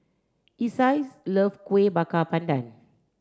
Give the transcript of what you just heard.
Isai love Kuih Bakar Pandan